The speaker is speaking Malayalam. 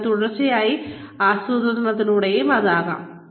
കൂടാതെ തുടർച്ചയായ ആസൂത്രണത്തിലൂടെയും ആകാം